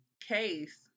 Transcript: case